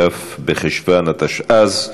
כ' בחשוון התשע"ז,